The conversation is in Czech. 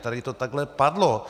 Tady to takhle padlo.